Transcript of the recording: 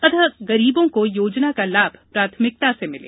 अतः गरीबों को योजना का लाभ प्राथमिकता से मिले